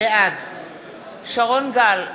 בעד שרון גל,